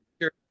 sure